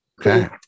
Okay